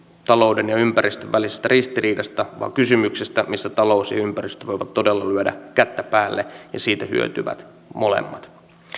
talouden ja ympäristön välisestä ristiriidasta vaan kysymyksestä missä talous ja ympäristö voivat todella lyödä kättä päälle ja siitä hyötyvät molemmat